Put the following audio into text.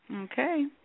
Okay